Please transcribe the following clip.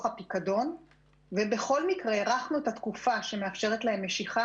הפיקדון ובכל מקרה הארכנו את התקופה שמאפשרת להם משיכה